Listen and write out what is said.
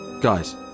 Guys